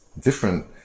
different